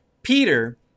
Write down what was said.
Peter